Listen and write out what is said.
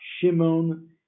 Shimon